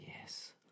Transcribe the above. yes